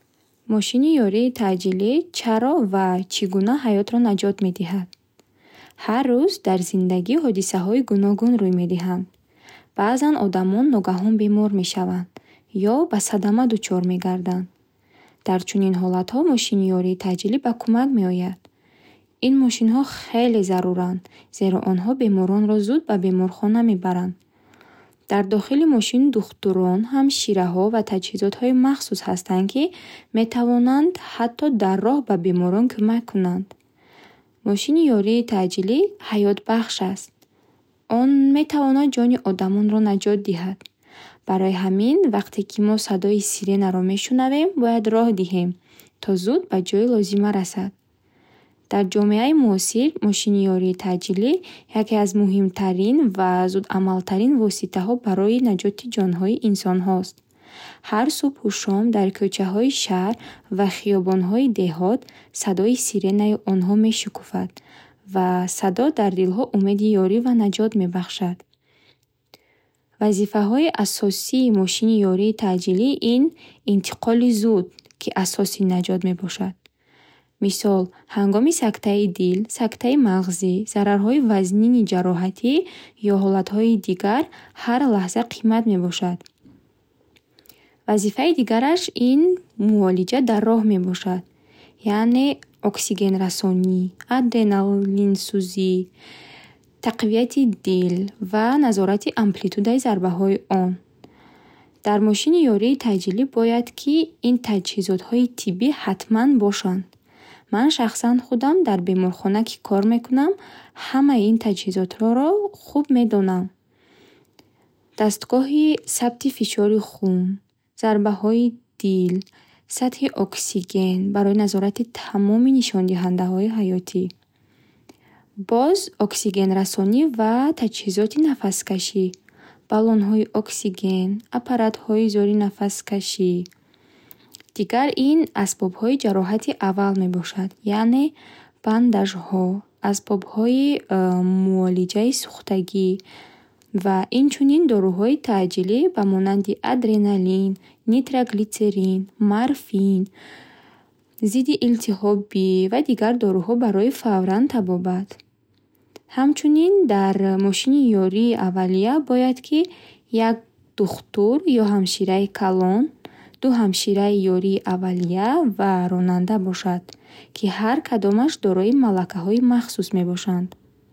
Мошини ёрии таъҷилӣ чаро ва чӣ гуна ҳаётро наҷот медиҳад? Ҳар рӯз дар зиндаги ҳодисаҳои гуногун рӯй медиҳанд. Баъзан одамон ногаҳон бемор мешаванд ё ба садама дучор мегарданд. Дар чунин ҳолатҳо мошини ёрии таъҷилӣ ба кӯмак меояд. Ин мошинҳо хеле заруранд. Зеро онҳо беморонро зуд ба беморхона мебаранд. Дар дохили мошин духтурон, ҳамшираҳо ва таҷҳизоти махсус ҳастанд, ки метавонанд ҳатто дар роҳ ба беморон кӯмак кунанд. Мошини ёрии таъҷилӣ ҳаётбахш аст. Он метавонад ҷони одамонро наҷот диҳад. Барои ҳамин вақте, ки мо садои сиренаро мешунавем, бояд рох диҳем, то зуд ба ҷои лозима расад. Дар ҷомеаи муосир мошини ёрии таъҷилӣ яке аз муҳимтарин ва зудамалтарин воситаҳои барои наҷоти ҷонҳои инсонҳост. Ҳар субҳу шом дар кӯчаҳои шаҳр ва хиёбонҳои деҳот садои сиренаи онҳо мешукуфад ва садо дар дилҳо умеди ёрӣ ва наҷот мебахшад. Вазифаҳои асосии мошини ёрии таъҷилӣ ин интиқоли зуд, ки асоси начот мебошад. Мисол ҳангоми сактаи дил, сактаи мағзӣ, зарарҳои вазнини ҷароҳати ё ҳолатҳои дигар ҳар лаҳза қимат мебошанд. Вазифаи дигараш ин муолиҷа дар роҳ мебошад. Яъне оксигенрасонӣ, адреналинсӯзӣ, тақвияти дил ва назорати амплитудаи зарбаҳои он. Дар мошини ёрии таъҷилӣ бояд ки ин таҷҳизотҳои тиббӣ ҳатман бошанд. Ман шахсан худам дар беморхона ки кор мекунам ҳамаи ин таҷҳизотҳоро хуб медонам. Дастгоҳи сабти фишори хун, зарбаҳои дил, сатҳи оксиген барои назорати тамоми нишондиҳандаҳои ҳаётӣ. Боз оксигенрасонӣ ва таҷҳизоти нафаскашӣ баллонҳои оксиген, аппаратҳои зори нафаскашӣ. Дигар ин асбобҳои ҷароҳати аввал мебошад яъне бандажҳо, асбобҳои ммм муолиҷаи сухтагӣ ва инчунин доруҳои таъҷилӣ ба монанди адреналин, нитроглитсерин, морфин, зиддилтиҳобӣ ва дигар доруҳо барои фавран табобат. Ҳамчунин дар мошини ёрии авалия бояд, ки як духтур ё ҳамшираи калон, ду ҳамшираи ёрии авалия ва ронанда бошанд, ки ҳар кадомаш дорои малакаҳои махсус мебошанд.